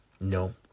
No